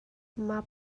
mah